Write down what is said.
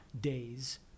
days